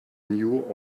knew